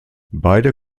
beide